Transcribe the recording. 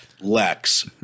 Lex